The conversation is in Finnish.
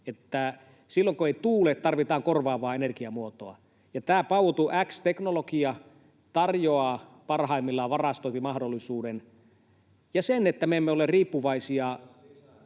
että silloin kun ei tuule, tarvitaan korvaavaa energiamuotoa. Tämä power-to-x-teknologia tarjoaa parhaimmillaan varastointimahdollisuuden ja sen, että me emme ole riippuvaisia